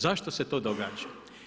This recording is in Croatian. Zašto se to događa?